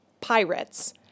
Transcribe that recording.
Pirates